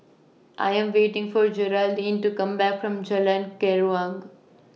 I Am waiting For Jeraldine to Come Back from Jalan Keruing